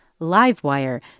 livewire